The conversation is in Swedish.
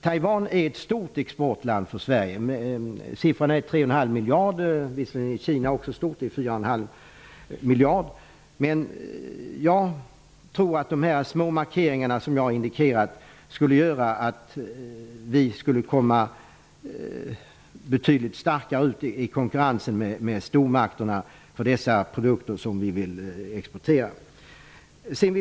Taiwan är ett stort exportland för Sverige -- exporten uppick till tre och en halv miljard kronor. Visserligen är Kina också ett stort exportland -- fyra och en halv miljard kronor. Jag tror att de små markeringar som jag har indikerat skulle göra att vi skulle stå betydligt starkare i konkurrensen med stormakterna om de produkter som vi vill exportera.